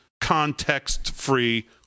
context-free